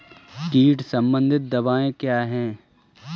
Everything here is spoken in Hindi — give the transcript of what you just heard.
कीट संबंधित दवाएँ क्या हैं?